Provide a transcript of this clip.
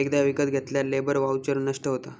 एकदा विकत घेतल्यार लेबर वाउचर नष्ट होता